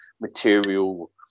material